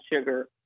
sugar